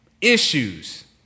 issues